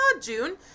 june